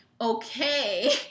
okay